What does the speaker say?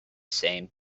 same